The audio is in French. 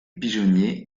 pigeonnier